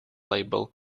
label